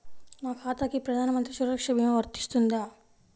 నా ఖాతాకి ప్రధాన మంత్రి సురక్ష భీమా వర్తిస్తుందా?